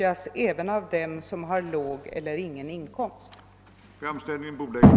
Jag avser inte att föreslå någon ändring i systemet.